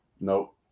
Nope